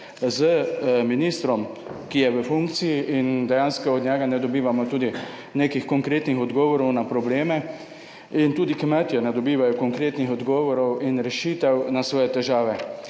z ministrom, ki je v funkciji in dejansko od njega ne dobivamo tudi nekih konkretnih odgovorov na probleme in tudi kmetje ne dobivajo konkretnih odgovorov in rešitev na svoje težave.